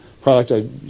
product